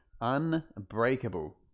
Unbreakable